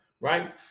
right